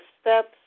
Steps